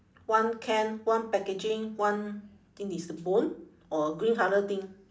one can one packaging one think it's a bone or green colour thing